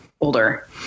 older